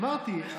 אמרתי,